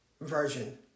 version